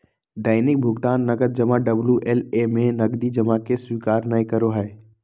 दैनिक भुकतान नकद जमा डबल्यू.एल.ए में नकदी जमा के स्वीकार नय करो हइ